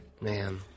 Man